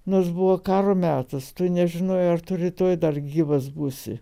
nors buvo karo metas tu nežinojai ar tu rytoj dar gyvas būsi